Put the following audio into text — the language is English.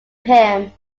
him